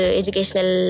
educational